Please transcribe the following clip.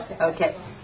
Okay